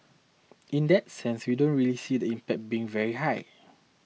in that sense we don't really see the impact being very high